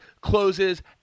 closes